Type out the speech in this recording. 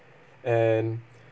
and